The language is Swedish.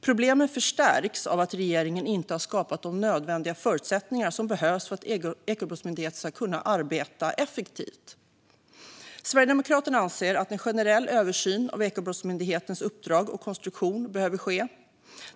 Problemen förstärks av att regeringen inte har skapat de nödvändiga förutsättningarna för att Ekobrottsmyndigheten ska kunna arbeta effektivt. Sverigedemokraterna anser att en generell översyn av Ekobrottsmyndighetens uppdrag och konstruktion behöver ske.